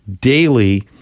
daily